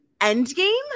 endgame